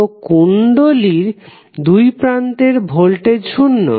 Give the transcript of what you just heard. তো কুণ্ডলীর দুই প্রান্তের ভোল্টেজ শুন্য